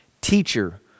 Teacher